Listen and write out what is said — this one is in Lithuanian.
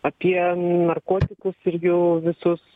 apie narkotikus ir jų visus